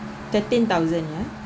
thirteen thousand yeah